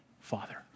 father